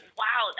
wow